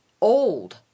old